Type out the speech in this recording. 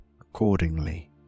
accordingly